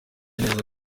neza